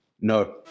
No